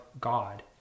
god